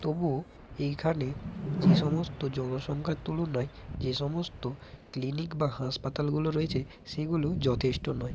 তবুও এইখানে যে সমস্ত জনসংখ্যার তুলনায় যে সমস্ত ক্লিনিক বা হাসপাতালগুলো রয়েছে সেগুলো যথেষ্ট নয়